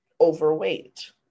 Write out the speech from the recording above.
overweight